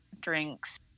drinks